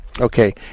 Okay